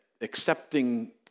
accepting